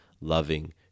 loving